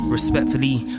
Respectfully